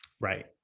Right